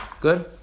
good